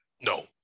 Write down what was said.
no